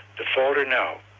to falter now,